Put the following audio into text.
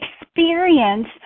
experience